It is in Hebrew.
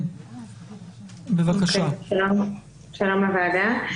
שלום לוועדה.